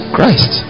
Christ